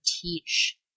teach